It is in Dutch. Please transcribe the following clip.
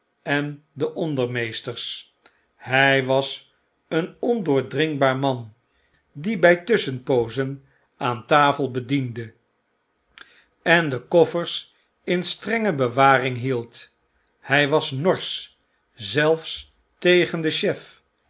en de ondermeesters hy was een ondoordringbaar man die bg tusschenpoozen aan tafel bediende en de koffers in strenge bewaring hield hjj was norsch zelfs tegen den chef